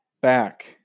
back